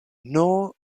nor